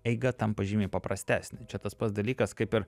eiga tampa žymiai paprastesnė čia tas pats dalykas kaip ir